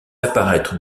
apparaître